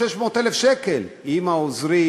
1.6 מיליון שקל עם העוזרים.